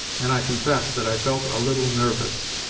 and i confess that i felt a little nervous.